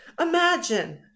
imagine